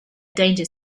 danger